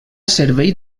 servei